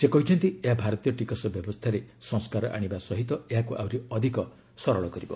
ସେ କହିଛନ୍ତି ଏହା ଭାରତୀୟ ଟିକସ ବ୍ୟବସ୍ଥାରେ ସଂସ୍କାର ଆଣିବା ସହ ଏହାକୁ ଆହୁରି ଅଧିକ ସରଳ କରିବ